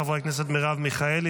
חברי הכנסת מרב מיכאלי,